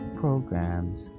programs